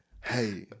Hey